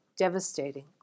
Devastating